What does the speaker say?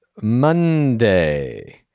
Monday